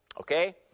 Okay